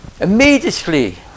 Immediately